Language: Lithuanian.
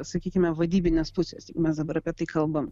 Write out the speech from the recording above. sakykime vadybinės pusės jeigu mes dabar apie tai kalbam